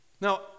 Now